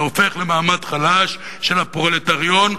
שהופך למעמד חלש של הפרולטריון,